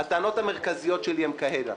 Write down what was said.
הטענות המרכזיות שלי הן כהנה,